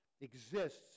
exists